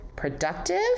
productive